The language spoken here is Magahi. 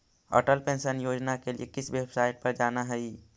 अटल पेंशन योजना के लिए किस वेबसाईट पर जाना हई